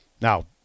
Now